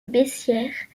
bessières